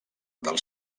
del